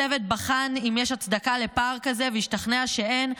הצוות בחן אם יש הצדקה לפער כזה והשתכנע שאין,